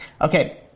Okay